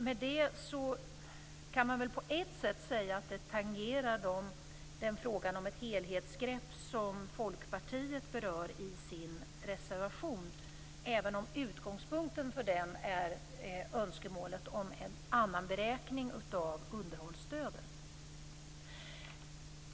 Med det kan man på ett sätt säga att det tangerar frågan om ett helhetsgrepp som Folkpartiet berör i sin reservation, även om utgångspunkten för den är önskemålet om en annan beräkning av underhållsstödet.